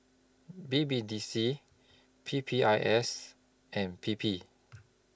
B B D C P P I S and P P